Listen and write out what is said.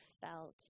felt